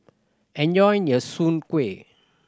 enjoy your Soon Kuih